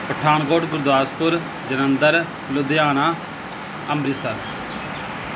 Pathankot Gurdaspur Jalandhar Ludhiana Amritsar